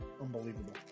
unbelievable